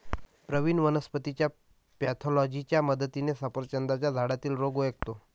प्रवीण वनस्पतीच्या पॅथॉलॉजीच्या मदतीने सफरचंदाच्या झाडातील रोग ओळखतो